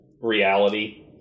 reality